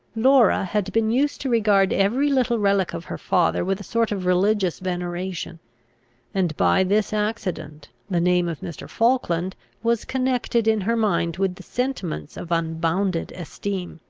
laura had been used to regard every little relic of her father with a sort of religious veneration and, by this accident, the name of mr. falkland was connected in her mind with the sentiments of unbounded esteem